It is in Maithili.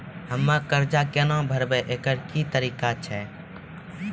हम्मय कर्जा केना भरबै, एकरऽ की तरीका छै?